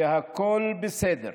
הרגשה שהכול בסדר.